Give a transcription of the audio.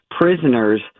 prisoners